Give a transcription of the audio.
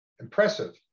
impressive